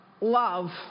love